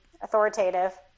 authoritative